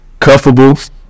cuffable